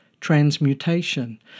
transmutation